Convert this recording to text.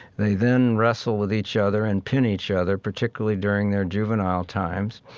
they then wrestle with each other and pin each other, particularly during their juvenile times.